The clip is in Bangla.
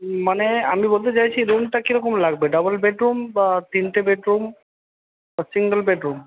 মানে আমি বলতে চাইছি রুমটা কেরকম লাগবে ডাবল বেডরুম বা তিনটে বেডরুম বা সিঙ্গেল বেডরুম